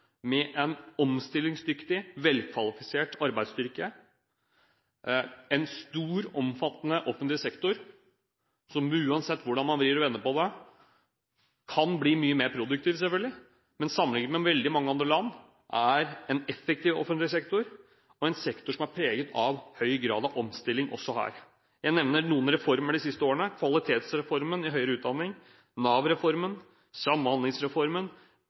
med en omstillingsdyktig, velkvalifisert arbeidsstyrke og en stor, omfattende offentlig sektor. Den kan, uansett hvordan man vrir og vender på det, bli mye mer produktiv selvfølgelig, men sammenlignet med veldig mange andre land er den en effektiv offentlig sektor, og en sektor som er preget av høy grad av omstilling også her. Jeg nevner noen reformer de siste årene: Kvalitetsreformen i høyere utdanning, Nav-reformen, Samhandlingsreformen